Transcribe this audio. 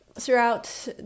throughout